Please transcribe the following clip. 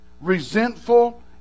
resentful